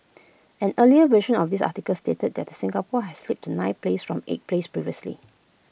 an earlier version of this article stated that Singapore had slipped to ninth place from eighth place previously